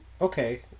okay